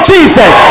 Jesus